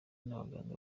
n’abaganga